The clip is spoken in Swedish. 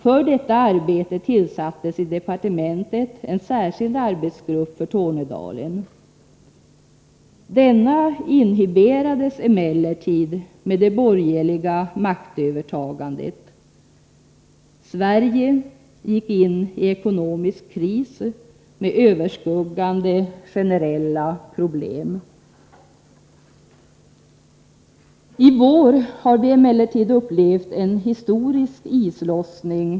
För detta arbete tillsattes i departementet en särskild arbetsgrupp för Tornedalen. Denna avvecklades emellertid vid det borgerliga maktövertagandet. Sverige gick ini en ekonomisk kris med överskuggande generella problem. I vår har vi emellertid i dubbel bemärkelse upplevt en historisk islossning.